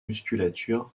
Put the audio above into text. musculature